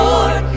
Lord